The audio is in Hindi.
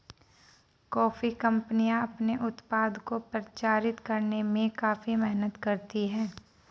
कॉफी कंपनियां अपने उत्पाद को प्रचारित करने में काफी मेहनत करती हैं